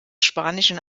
spanischen